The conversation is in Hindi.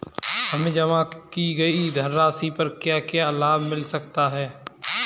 हमें जमा की गई धनराशि पर क्या क्या लाभ मिल सकता है?